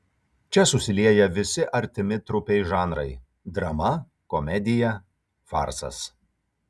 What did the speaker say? čia susilieja visi artimi trupei žanrai drama komedija farsas